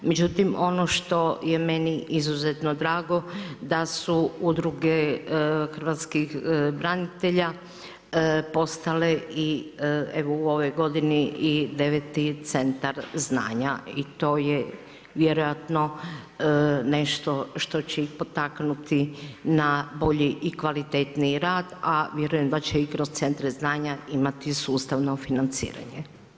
Međutim ono što je meni izuzetno drago da su udruge hrvatskih branitelja postale i evo i u ovoj godini i deveti centar znanja i to je vjerojatno nešto što će ih potaknuti na bolji i kvalitetniji rad a vjerujem da će i kroz centre znanja imati sustavno financiranje.